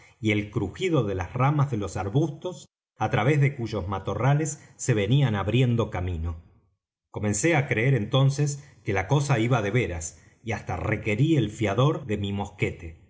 y el crujido de las ramas de los arbustos á través de cuyos matorrales se venían abriendo camino comencé á creer entonces que la cosa iba de veras y hasta requerí el fiador de mi mosquete